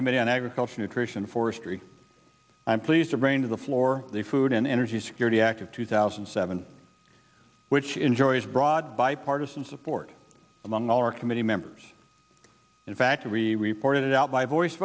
on agriculture nutrition forestry i'm pleased to bring to the floor the food and energy security act of two thousand and seven which enjoys broad bipartisan support among all our committee members in fact we reported it out by voice